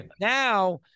Now